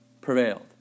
prevailed